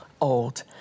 old